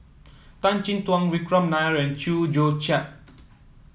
Tan Chin Tuan Vikram Nair and Chew Joo Chiat